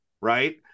right